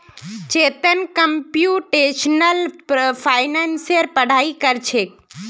Chetan computational फाइनेंसेर पढ़ाई कर छेक